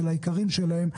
של היקרים להם,